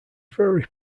very